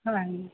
ਹਾਂਜੀ